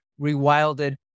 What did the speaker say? rewilded